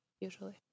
usually